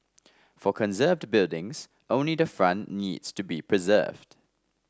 for conserved buildings only the front needs to be preserved